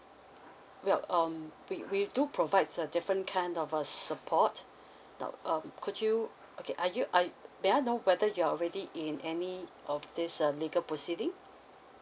well um we we do provides uh different kind of uh support now um could you okay are you are may I know whether you are already in any of this uh legal proceeding